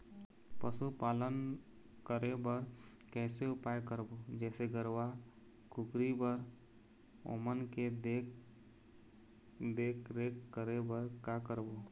पशुपालन करें बर कैसे उपाय करबो, जैसे गरवा, कुकरी बर ओमन के देख देख रेख करें बर का करबो?